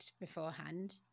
beforehand